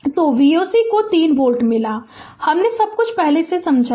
Refer Slide Time 2603 तो V o c को 3 volt मिला हमने सब कुछ पहले से समझाया है